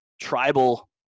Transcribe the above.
tribal